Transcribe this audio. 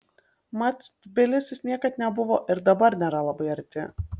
mat tbilisis niekad nebuvo ir dabar nėra labai arti